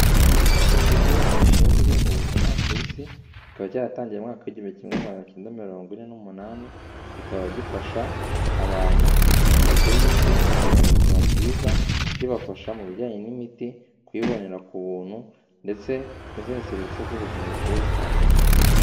Ni ikigo gishinzwe ubuzima ku isi, kikaba cyaratangiye mu mwaka w'igihugu kimwe magana kenda mirongo ine n'umunani. Kikaba gifasha abantu batuye isi kugira ubuzima bwiza, kibafasha mu bijyanye n'imiti kuyibonera ku buntu, ndetse n'izindi serivisi z'ubuzima zigiye zitandukanye.